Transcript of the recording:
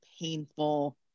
painful